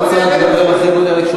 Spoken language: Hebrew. לקבל קולות במרכז הליכוד.